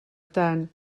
tant